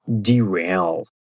derail